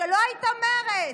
כשלא הייתה מרצ,